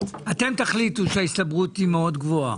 --- אתם תחליטו שההסתברות היא מאוד גבוהה.